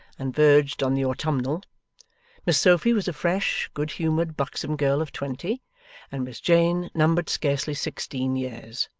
and verged on the autumnal miss sophy was a fresh, good humoured, buxom girl of twenty and miss jane numbered scarcely sixteen years.